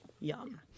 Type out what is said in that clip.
yum